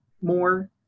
more